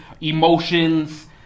emotions